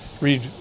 read